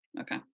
Okay